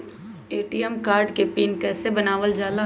ATM card के PIN कैसे बनावल जाला?